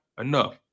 enough